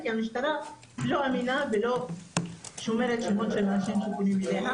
כי המשטרה לא אמינה ולא שומרת אמון לאנשים שפונים אליה.